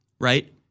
right